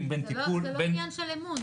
בין טיפול --- זה לא עניין של אמון,